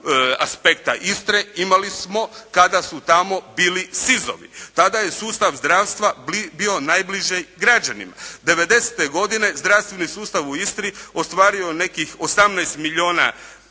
aspekta Istre imali smo kada su tamo bili SIZ-ovi. Tada je sustav zdravstva bio najbliže građanima. Devedesete godine zdravstveni sustav u Istri ostvario je nekih 18 milijuna